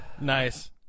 Nice